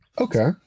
Okay